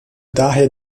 daher